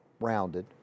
rounded